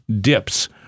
dips